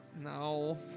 no